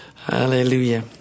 Hallelujah